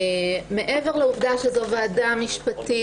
מעבר לעובדה שזו ועדה משפטית,